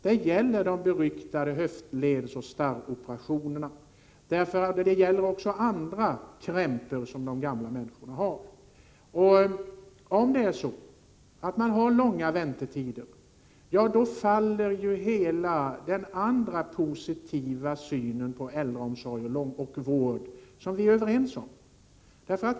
Detta gäller de beryktade höftledsoch starroperationerna. Men det gäller också andra krämpor som gamla människor har. Om väntetiderna är långa faller ju hela den positiva syn på annan äldreomsorg och vård som vi är överens om.